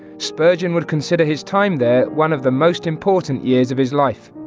spurgeon would consider his time there one of the most important years of his life.